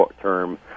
term